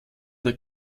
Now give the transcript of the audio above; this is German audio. der